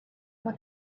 uma